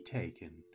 taken